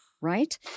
right